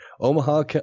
Omaha